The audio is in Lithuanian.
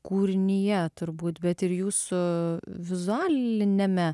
kūrinyje turbūt bet ir jūsų vizualiniame